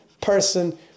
person